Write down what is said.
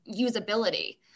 usability